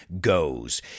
goes